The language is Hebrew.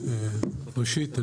ראשית,